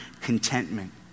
contentment